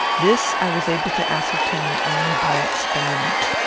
this i was able to ascertain only by experiment.